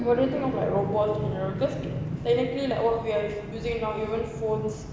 what do you think of like robots doing the work cause technically like what we are using now even phones